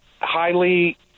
highly